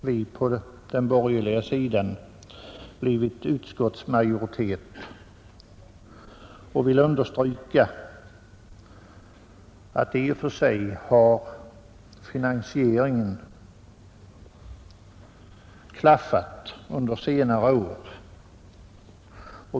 Vi på den borgerliga sidan, som har blivit utskottsmajoritet, vill understryka att finansieringen i och för sig har klaffat under senare år.